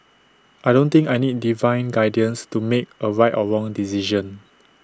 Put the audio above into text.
I don't think I need divine guidance to make A right or wrong decision